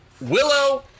Willow